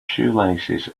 shoelaces